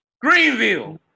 Greenville